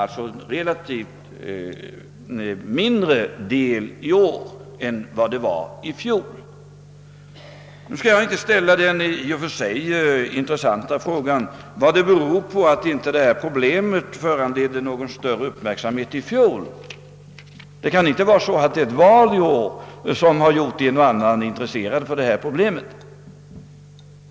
Det var alltså ett mindre antal i år än i fjol. Jag skall inte ställa den i och för sig intressanta frågan vad det beror på att det här problemet inte föranledde någon större uppmärksamhet i fjol. Det kan väl inte vara det förhållandet att det är val i år som gjort en och annan intresserad av problemet?